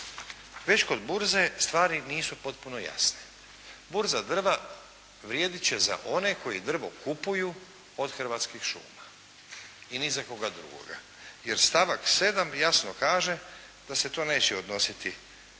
već kod burze stvari nisu potpuno jasne. Burza drva vrijedit će za one koji drvo kupuju od Hrvatskih šuma. I ni za koga drugoga, jer stavak 7. jasno kaže da se to neće odnositi